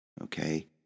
okay